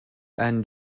and